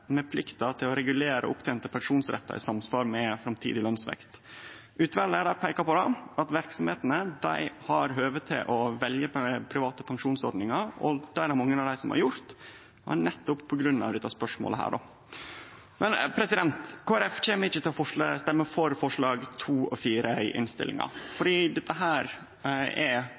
med plikta til å regulere opptente pensjonsrettar i samsvar med framtidig lønsvekst. Utvalet peiker på at verksemdene har høve til å velje private pensjonsordningar, og det er det mange av dei som har gjort, nettopp på grunn av dette spørsmålet. Kristeleg Folkeparti kjem ikkje til å stemme for forslaga nr. 2 og 4 i innstillinga, fordi dette er